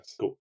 Cool